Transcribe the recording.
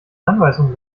anweisungen